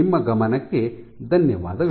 ನಿಮ್ಮ ಗಮನಕ್ಕೆ ಧನ್ಯವಾದಗಳು